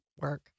work